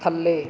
ਥੱਲੇ